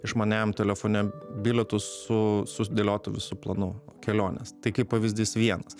išmaniajam telefone bilietus su sudėliotu visu planu kelionės tai kaip pavyzdys vienas